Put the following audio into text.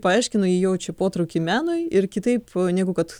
paaiškino ji jaučia potraukį menui ir kitaip negu kad